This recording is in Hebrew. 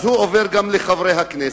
הוא עובר גם לחברי הכנסת.